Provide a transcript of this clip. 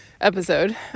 episode